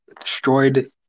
destroyed